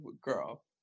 Girl